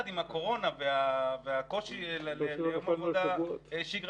אבל יחד עם הקורונה והקושי ליום שגרתי,